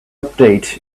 update